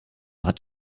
hat